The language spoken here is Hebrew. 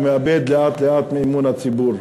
הוא מאבד לאט-לאט מאמון הציבור.